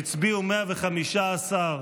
הצביעו 115,